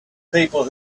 people